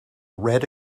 red